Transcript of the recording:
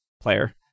player